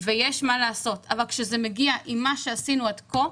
ויש מה לעשות, אבל כשזה מגיע עם מה שעשינו עד כה,